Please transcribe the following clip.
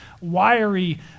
wiry